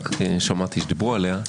שמעתי שדיברו עליה.